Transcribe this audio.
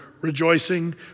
rejoicing